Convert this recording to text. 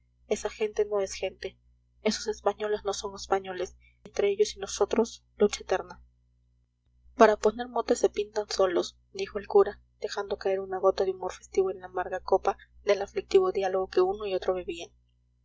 esa gente no es gente esos españoles no son españoles entre ellos y nosotros lucha eterna para poner motes se pintan solos dijo el cura dejando caer una gota de humor festivo en la amarga copa del aflictivo diálogo que uno y otro